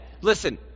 Listen